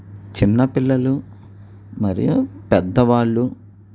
చిన్నపిల్లలు మరియు పెద్దవాళ్ళు